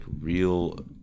real